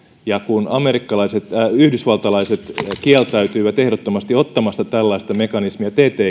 ja kun yhdysvaltalaiset kieltäytyivät ehdottomasti ottamasta tällaista mekanismia